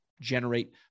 generate